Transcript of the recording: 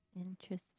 Interesting